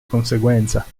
conseguenza